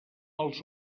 als